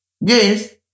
Yes